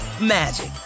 magic